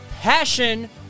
Passion